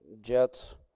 jets